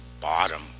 bottom